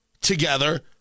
together